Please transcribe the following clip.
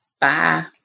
bye